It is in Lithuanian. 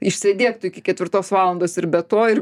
išsėdėk tu iki ketvirtos valandos ir be to ir